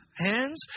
hands